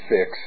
Fix